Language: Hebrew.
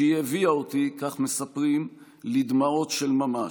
שהיא הביאה אותי, כך מספרים, לדמעות של ממש,